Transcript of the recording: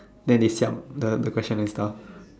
then they siam the the question and stuff